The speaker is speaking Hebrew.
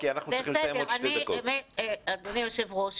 אדוני היושב-ראש,